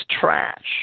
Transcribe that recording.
trash